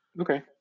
Okay